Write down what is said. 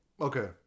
Okay